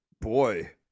Boy